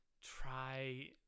try